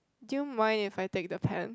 do you mind if I take then pen